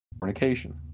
fornication